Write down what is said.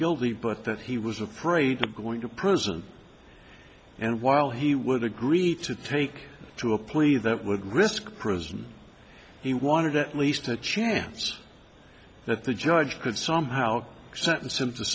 guilty but that he was afraid of going to prison and while he would agree to take to a plea that would risk prison he wanted at least a chance that the judge could somehow s